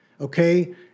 okay